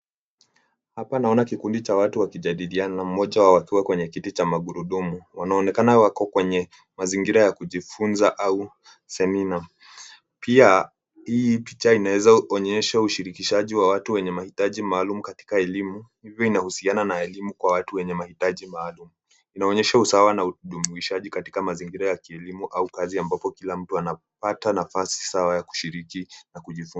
Hapa naona kikundi cha watu wakijadiliana. Mmoja wao akiwa kwenye kiti cha magurudumu. Wanaonekana wako kwenye mazingira ya kujifunza au semina pia hii picha inaeza onyesha ushirikishaji wa watu wenye mahitaji maalum katika elimu hivyo inahusiana na elimu kwa watu wenye mahitaji maalum. Inaonyesha usawa na uhusishaji katika mazingira ya kielimu au kazi ambapo kila mtu anapata nafasi sawa ya kushiriki na kujifunza.